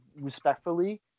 respectfully